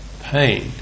pain